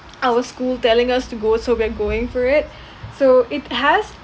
our school telling us to go so we are going for it so it has